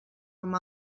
amb